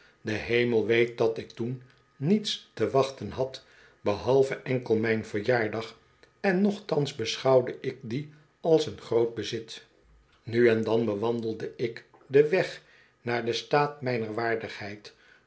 de hemel weet dat ik toen niets te wachten had behalve enkel mijn verjaardag en nochtans beschouwde ik dien als een groot bezit nu en dan bewandelde ik den weg naar den staat mijner waardigheid